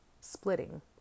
splitting